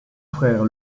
frère